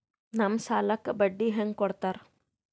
ನಮ್ ಸಾಲಕ್ ಬಡ್ಡಿ ಹ್ಯಾಂಗ ಕೊಡ್ತಾರ?